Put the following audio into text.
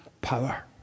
power